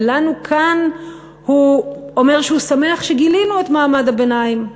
ולנו כאן הוא אומר שהוא שמח שגילינו את מעמד הביניים,